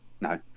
No